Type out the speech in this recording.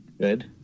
Good